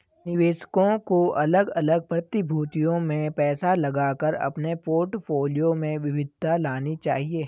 निवेशकों को अलग अलग प्रतिभूतियों में पैसा लगाकर अपने पोर्टफोलियो में विविधता लानी चाहिए